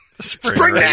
Spring